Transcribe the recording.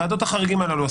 ועדות החריגים הללו,